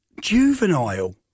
Juvenile